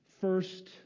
first